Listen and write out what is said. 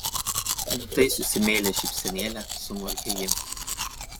nutaisiusi meilią šypsenėlę sumurkė ji